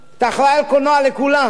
אתה אחראי לקולנוע לכולם,